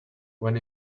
when